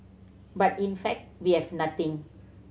but in fact we have nothing